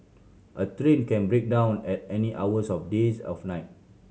a train can break down at any hours of the days of night